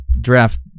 draft